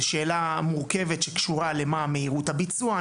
זה שאלה מורכבת שקשורה למה מהירות הביצוע.